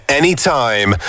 anytime